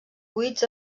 buits